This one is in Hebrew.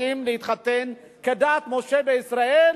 רוצים להתחתן כדת משה וישראל,